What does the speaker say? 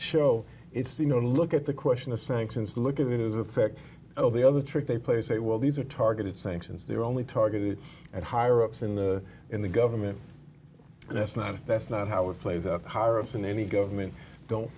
show it's you know look at the question of sanctions look at it is effect oh the other trick they play say well these are targeted sanctions they're only targeted at higher ups in the in the government that's not that's not how it plays up higher ups in any government don't